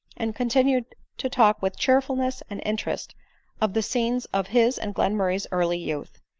and con tinued to talk with cheerfulness and interest of the scenes of his and glenmurray's early youth.